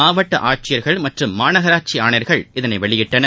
மாவட்டஆட்சியர்கள் மற்றும் மாநகராட்சிஆணையர்கள் இதனைவெளியிட்டனர்